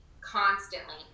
constantly